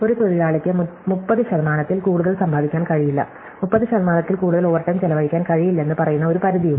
ഒരു തൊഴിലാളിയ്ക്ക് 30 ശതമാനത്തിൽ കൂടുതൽ സമ്പാദിക്കാൻ കഴിയില്ല 30 ശതമാനത്തിൽ കൂടുതൽ ഓവർടൈം ചെലവഴിക്കാൻ കഴിയില്ലെന്ന് പറയുന്ന ഒരു പരിധിയുണ്ട്